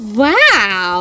wow